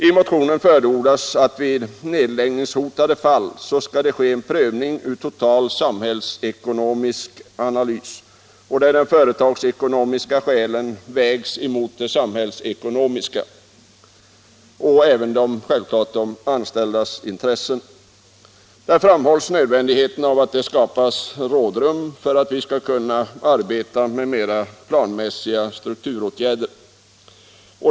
I motionerna förordas att det vid nedläggningshotade företag skall ske en prövning med utgång från en total samhällsekonomisk analys, där de företagsekonomiska skälen vägs mot samhällets och de anställdas intressen. Där framhålls nödvändigheten av att tillräckligt rådrum skapas för att vi skall kunna arbeta med mera planmässiga strukturåtgärder.